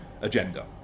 agenda